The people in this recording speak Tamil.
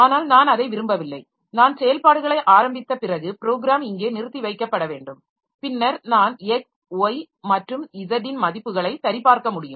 ஆனால் நான் அதை விரும்பவில்லை நான் செயல்பாடுகளை ஆரம்பித்த பிறகு ப்ரோக்ராம் இங்கே நிறுத்தி வைக்கப்பட வேண்டும் பின்னர் நான் x y மற்றும் z ன் மதிப்புகளை சரிபார்க்க முடியும்